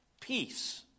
peace